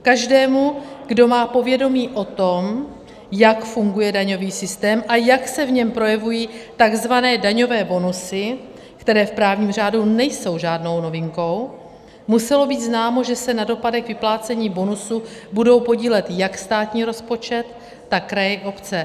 Každému, kdo má povědomí o tom, jak funguje daňový systém a jak se v něm projevují takzvané daňové bonusy, které v právním řádu nejsou žádnou novinkou, muselo být známo, že se na dopadech vyplácení bonusu budou podílet jak státní rozpočet, tak kraje a obce.